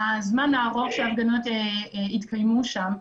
הזמן שהארוך שההפגנות התקיימו שם.